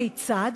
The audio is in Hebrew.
כיצד?